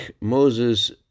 Moses